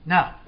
Now